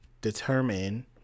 determine